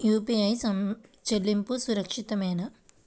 UPI చెల్లింపు సురక్షితమేనా?